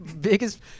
biggest